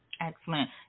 Excellent